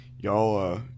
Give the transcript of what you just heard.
y'all